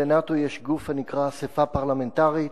לנאט"ו יש גוף הנקרא אספה פרלמנטרית,